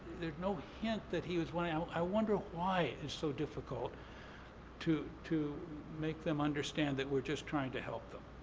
there's no hint that he was um i wonder why it's so difficult to to make them understand that we're just trying to help them.